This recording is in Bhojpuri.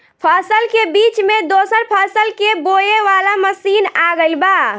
फसल के बीच मे दोसर फसल के बोवे वाला मसीन आ गईल बा